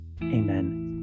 Amen